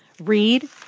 Read